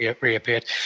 reappeared